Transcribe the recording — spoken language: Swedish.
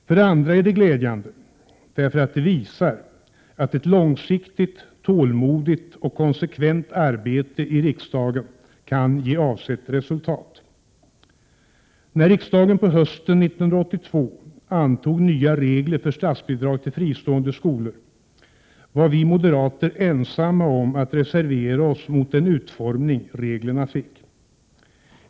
För det andra är det glädjande, därför att det visar att ett långsiktigt, tålmodigt och konsekvent arbete i riksdagen kan ge avsett resultat. När riksdagen på hösten 1982 antog nya regler för statsbidrag till fristående skolor, var vi moderater ensamma om att reservera oss mot den utformning reglerna fick.